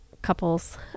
couples